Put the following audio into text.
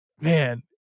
man